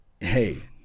hey –